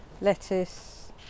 lettuce